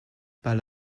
pas